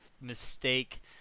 mistake